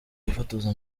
bifotoza